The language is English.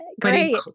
great